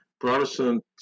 Protestant